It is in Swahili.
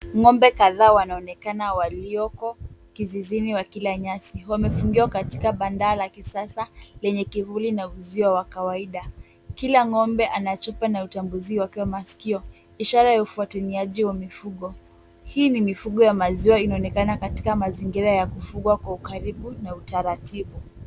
Ng'ombe kadhaa wanaonekana walioko kizizini wakila nyasi. Wamefungiwa katika bandaa la kisasa lenye kivuli na uzio wa kawaida. Kila ng'ombe ana chupa na utambuzi wake wa masikio. Ishara ya ufuatiniaji wa mifugo. Hii ni mifugo ya maziwa inaonekana katika mazingira ya kufugwa kwa ukaribu na utaratibu.